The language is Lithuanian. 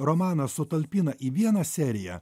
romaną sutalpina į vieną seriją